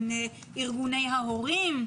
עם ארגוני ההורים,